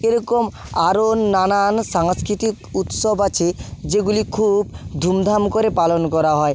এরকম আরও নানান সাংস্কৃতিক উৎসব আছে যেগুলি খুব ধুমধাম করে পালন করা হয়